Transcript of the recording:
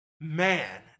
man